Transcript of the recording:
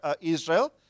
Israel